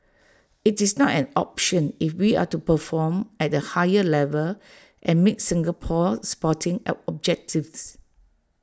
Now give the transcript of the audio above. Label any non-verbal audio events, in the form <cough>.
IT is not an option if we are to perform at A higher level and meet Singapore's sporting <noise> objectives